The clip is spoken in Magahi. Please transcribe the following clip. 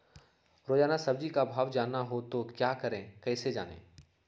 रोजाना सब्जी का भाव जानना हो तो क्या करें कैसे जाने?